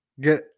get